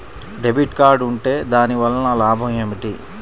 Debit card ఉంటే దాని వలన లాభం ఏమిటీ?